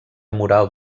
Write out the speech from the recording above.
moral